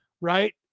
Right